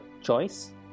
choice